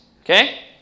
Okay